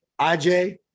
IJ